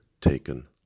taken